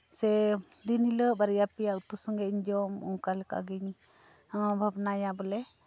ᱥᱮ ᱫᱤᱱ ᱦᱤᱞᱳᱜ ᱵᱟᱨᱭᱟ ᱯᱮᱭᱟ ᱩᱛᱩ ᱥᱚᱝᱜᱮᱧ ᱡᱚᱢ ᱚᱱᱠᱟ ᱞᱮᱠᱟ ᱜᱮᱧ ᱵᱷᱟᱵᱽᱱᱟᱭᱟ ᱵᱚᱞᱮ